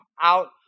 out